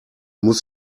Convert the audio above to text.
muss